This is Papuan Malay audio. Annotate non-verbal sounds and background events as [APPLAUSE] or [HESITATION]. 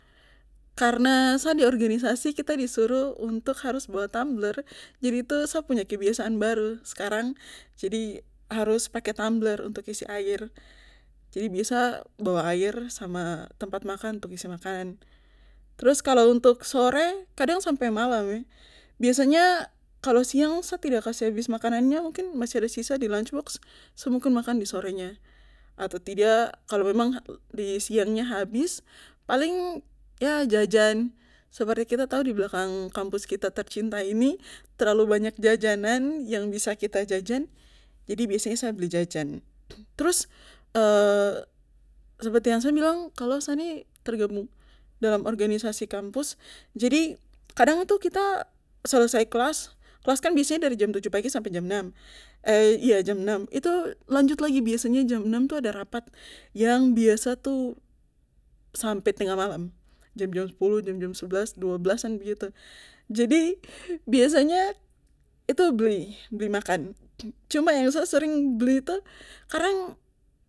Karna sa di organisasi kita disuruh untuk harus bawa tumbler jadi itu sa pu kebiasaan baru skarang jadi harus pake tumbler untuk isi air jadi biasa bawa air sama tempat makan untuk isi makanan trus kalo untuk sore kadang sampe malam [HESITATION] biasanya kalo siang sa tidak kasih makanannya mungkin masih ada sisa di lunch box sa mungkin makan di sorenya atau tidak kalo memang di siangnya habis paling yah jajan seperti kita tau di belakang kampus kita tercinta ini terlalu banyak jajanan yang bisa kita jajan jadi biasanya sa beli jajan trus [HESITATION] seperti yang sa bilang kalo sa ini tergabung dalam organisasi kampus jadi kadang tuh kita selesai kelas kelaskan biasa dari jam tujuh pagi sampe jam enam [HESITATION] iya jam enam itu lanjut lagi jam enam tuh ada rapat yang biasa tuh sampe tengah malam jam jam sepuluh jam sebelas dua belasan begitu jadi biasanya itu beli beli makan cuma yang sa sering beli itu [UNINTELLIGIBLE]